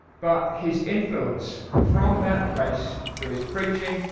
but his influence from that place through his preaching,